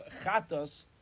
chatos